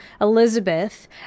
Elizabeth